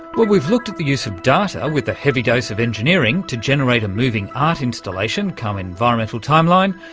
but we've looked at the use of data, with a healthy dose of engineering, to generate a moving art installation come environmental timeline,